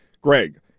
Greg